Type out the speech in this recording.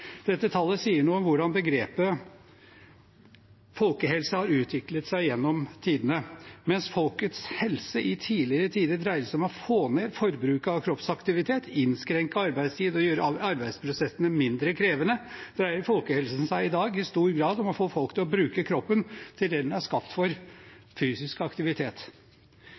Dette tallet sier noe om hvordan begrepet «folkehelse» har utviklet seg gjennom tidene. Mens folks helse i tidligere tider dreiet seg om å få ned forbruket av kroppsaktivitet, innskrenke arbeidstid og gjøre arbeidsprosessene mindre krevende, dreier folkehelsen seg i dag i stor grad om å få folk til å bruke kroppen til det den er skapt for – fysisk aktivitet.